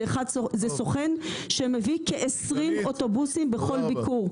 זה סוכן שמביא כ-20 אוטובוסים בכל ביקור.